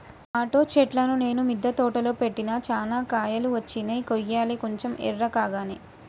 tomato చెట్లును నేను మిద్ద తోటలో పెట్టిన చానా కాయలు వచ్చినై కొయ్యలే కొంచెం ఎర్రకాగానే